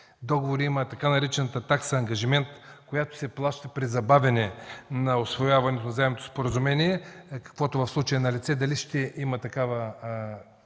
договори има така наречената „такса ангажимент”, която се плаща при забавяне на усвояване на заемното споразумение, каквото в случая е налице, дали ще има такава